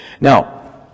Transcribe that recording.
Now